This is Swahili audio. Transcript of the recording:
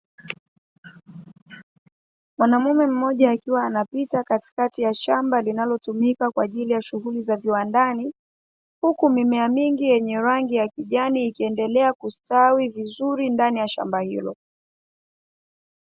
Mwanamume mmoja akiwa anapita katikati ya shamba linalotumika kwa ajili ya shughuli za viwandani, huku mimea mingi yenye rangi ya kijani ikiendelea kustawi vizuri ndani ya shamba hilo.